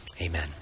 Amen